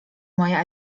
moja